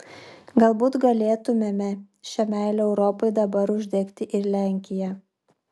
galbūt galėtumėme šia meile europai dabar uždegti ir lenkiją